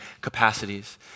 capacities